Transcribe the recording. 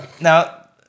Now